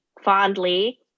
fondly